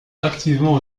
activement